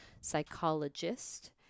Psychologist